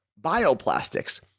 bioplastics